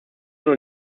oder